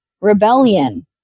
rebellion